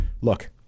Look